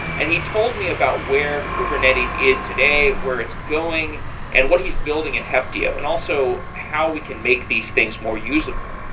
and he told me about where kubernetes is today, where it's going and what he's building it heptio and also how we can make these things more usable.